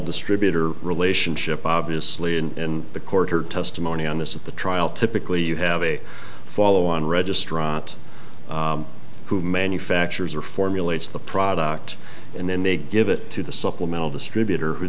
distributor relationship obviously in the court her testimony on this at the trial typically you have a follow on registrar who manufactures or formulates the product and then they give it to the supplemental distributor